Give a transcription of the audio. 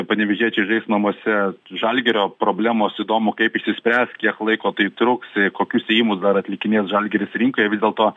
panevėžiečiai žais namuose žalgirio problemos įdomu kaip išsispręs kiek laiko tai truks kokius ėjimus dar atlikinės žalgiris rinkoje vis dėlto